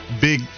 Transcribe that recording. big –